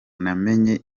namenye